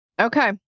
Okay